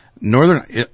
Northern